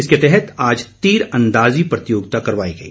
इसके तहत आज तीरंदाजी प्रतियोगिता करवाई गई